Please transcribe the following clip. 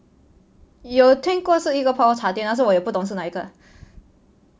有听过是一个泡泡茶店但我也不懂是哪一个